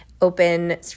open